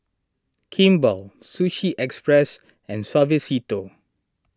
Kimball Sushi Express and Suavecito